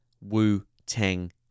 Wu-Tang